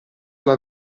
alla